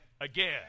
again